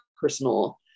personal